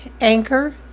Anchor